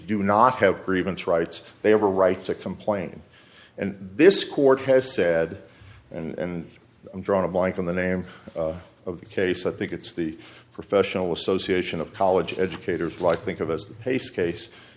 do not have grievance rights they have a right to complain and this court has said and i'm drawing a blank on the name of the case i think it's the professional association of college educators like think of as a base case